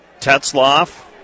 Tetzloff